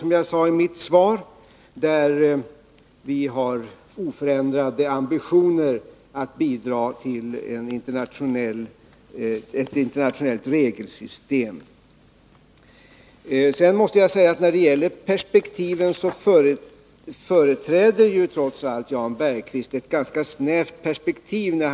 Sverige har här oförändrade ambitioner att bidra till ett internationellt regelsystem. När det gäller perspektiven har trots allt Jan Bergqvist en ganska snäv inställning.